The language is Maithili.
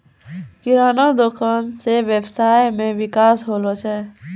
किराना दुकान से वेवसाय मे विकास होलो छै